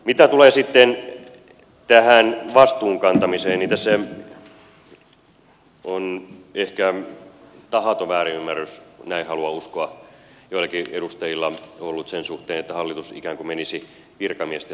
mitä tulee sitten tähän vastuun kantamiseen niin tässä on ehkä tahaton väärinymmärrys näin haluan uskoa joillakin edustajilla ollut sen suhteen että hallitus ikään kuin menisi virkamiesten selän taakse